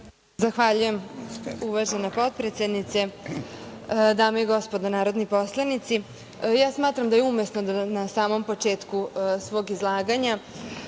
Zahvaljujem, uvažena potpredsednice. Dame i gospodo narodni poslanici, ja smatram da je umesno da na samom početku svog izlaganja,